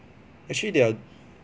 actually they are